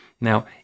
Now